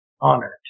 honored